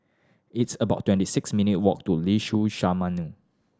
it's about twenty six minutes walk to Liuxun Sanhemiao